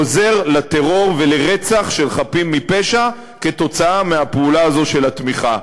עוזר לטרור ולרצח של חפים מפשע כתוצאה מהפעולה הזאת של התמיכה.